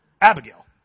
Abigail